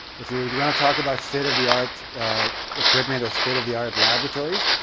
if you're going to talk about state of the art equipment or state of the art laboratories,